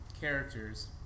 characters